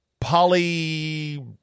poly